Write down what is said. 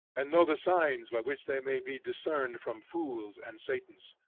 and know the signs by which they may be discerned from fools and satans.